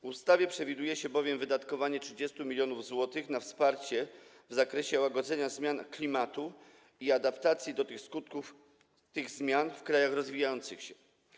W ustawie przewiduje się bowiem wydatkowanie 30 mln zł na wsparcie w zakresie łagodzenia zmian klimatu i adaptacji do skutków tych zmian w krajach rozwijających się.